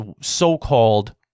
so-called